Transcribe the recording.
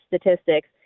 statistics